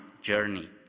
journey